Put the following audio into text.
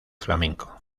flamenco